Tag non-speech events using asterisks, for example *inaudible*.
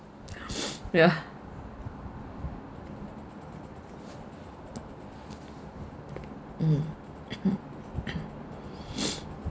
*breath* yeah mm *coughs*